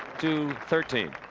to thirteen.